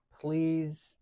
please